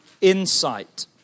insight